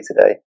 today